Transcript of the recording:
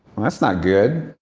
that's not good.